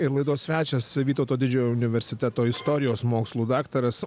ir laidos svečias vytauto didžiojo universiteto istorijos mokslų daktaras